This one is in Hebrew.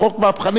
מי יממן את זה?